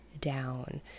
down